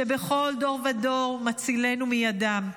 שבכל דור ודור מצילנו מידם,